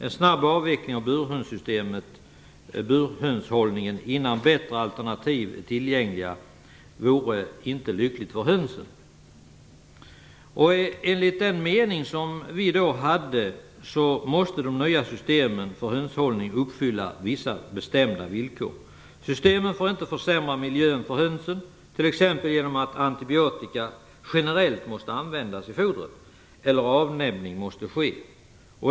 En snabb avveckling av burhönshållningen innan bättre alternativ är tillgängliga är till men för hönsen." Enligt den mening vi då hade måste de nya systemen för hönshållning uppfylla vissa bestämda villkor. Systemen får inte försämra miljön för hönsen, t.ex. genom att antibiotika generellt måste användas i fodret eller genom att avnäbbning måste ske.